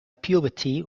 puberty